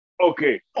Okay